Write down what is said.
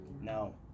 No